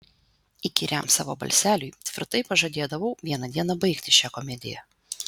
įkyriam savo balseliui tvirtai pažadėdavau vieną dieną baigti šią komediją